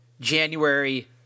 January